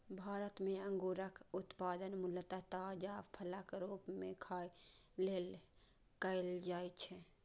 भारत मे अंगूरक उत्पादन मूलतः ताजा फलक रूप मे खाय लेल कैल जाइ छै